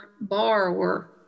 borrower